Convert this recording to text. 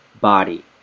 body